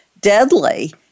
deadly